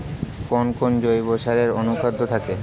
কোন কোন জৈব সারে অনুখাদ্য থাকে?